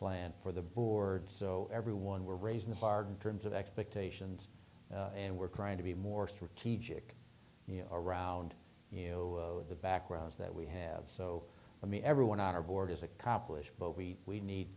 plan for the board so everyone we're raising the bar in terms of expectations and we're trying to be more strategic around you with the backgrounds that we have so i mean everyone on our board is accomplished but we we need